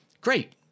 Great